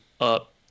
up